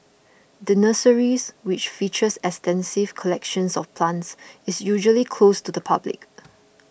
the nurseries which features extensive collections of plants is usually closed to the public